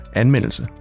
anmeldelse